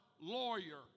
lawyer